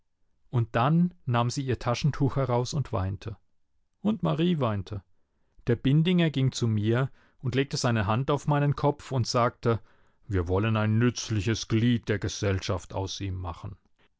und dann nahm sie ihr taschentuch heraus und weinte und marie weinte der bindinger ging zu mir und legte seine hand auf meinen kopf und sagte wir wollen ein nützliches glied der gesellschaft aus ihm machen